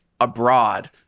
abroad